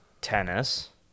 tennis